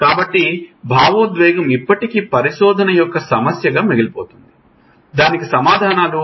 కాబట్టి భావోద్వేగం ఇప్పటికీ పరిశోధన యొక్క సమస్యగా మిగిలిపోయింది దానికి సమాధానాలు మనకు నిజంగా లేవు